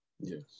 Yes